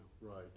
Right